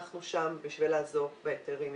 אנחנו שם בשביל לעזור בהיתרים,